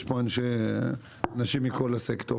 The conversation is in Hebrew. יש פה אנשים מכל הסקטור.